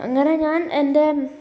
അങ്ങനെ ഞാൻ എൻ്റെ